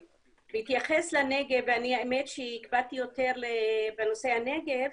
בהתייחס לנגב, אני הקפדתי יותר בנושא הנגב,